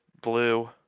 Blue